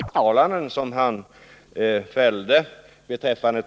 Herr talman! Jag tackar energiminister Petri för svaret.